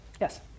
Yes